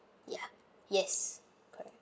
ya yes correct